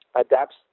adapts